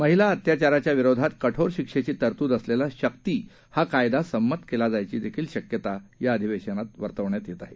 महिला अत्याचाराच्या विरोधात कठोर शिक्षेची तरतूद असलेला शक्ती हा कायदा संमत केला जाण्याची शक्यता देखील वर्तवण्यात येत आहे